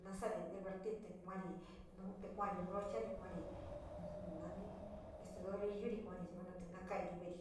nasari divertí, te kuarí nav te kuarí brochari. Kuarí na naní aste rodillurí kuarí yuana te nakairí ve´erí.